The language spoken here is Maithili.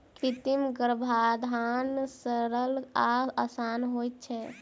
कृत्रिम गर्भाधान सरल आ आसान होइत छै